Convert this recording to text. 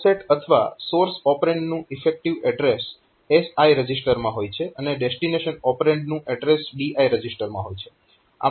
offset અથવા source ઓપરેન્ડનું effective address SI રજીસ્ટરમાં હોય છે અને ડેસ્ટીનેશન ઓપરેન્ડનું એડ્રેસ DI રજીસ્ટરમાં હોય છે